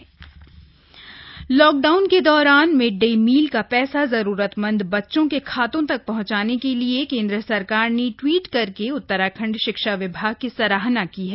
केंद्र सरकार tweet lockdown के दौरान मिड डे मिल का पैसा जरूरतमंद बच्चों के खातों तक पहंचाने के लिए केंद्र सरकार ने ट्वीट करके उत्तराखंड शिक्षा विभाग की सराहना की है